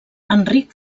enric